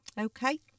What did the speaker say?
Okay